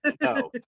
No